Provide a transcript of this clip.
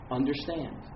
understand